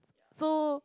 so